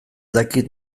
dakit